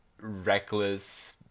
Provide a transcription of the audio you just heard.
reckless